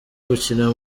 gukina